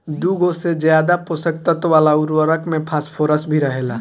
दुगो से ज्यादा पोषक तत्व वाला उर्वरक में फॉस्फोरस भी रहेला